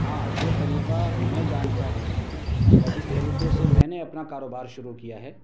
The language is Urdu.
ہاں جو طریقہ میں جانتا ہوں یا جس طریقے سے میں نے اپنا کاروبار شروع کیا ہے